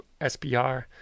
SBR